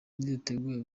niteguye